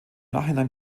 nachhinein